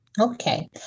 Okay